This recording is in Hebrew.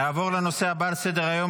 נעבור לנושא הבא על סדר-היום,